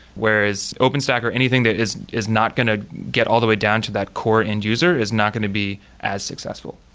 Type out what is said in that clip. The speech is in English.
whereas openstack or anything that is is not going to get all the way down to that core end-user is not going to be as successful.